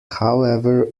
however